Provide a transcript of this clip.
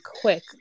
quick